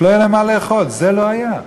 שלא יהיה להם מה לאכול, זה לא היה.